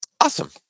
Awesome